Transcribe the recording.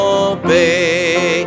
obey